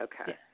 Okay